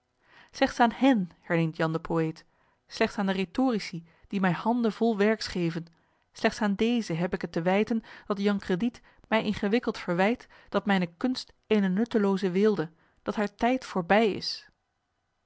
slechts aan hen herneemt jan de poëet slechts aan de rhetorici die mij handen vol werks geven slechts aan deze heb ik het te wijten dat jan crediet mij ingewikkeld verwijt dat mijne kunst eene nuttelooze weelde dat haar tijd voorbij is